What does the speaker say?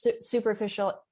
superficial